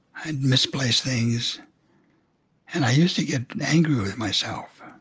i misplace things and i used to get angry with myself.